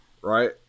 Right